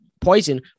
poison